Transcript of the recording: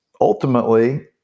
ultimately